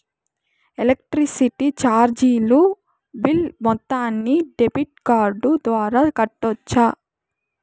Electricity చార్జీలు bill మొత్తాన్ని debit card ద్వారా కట్టొచ్చా?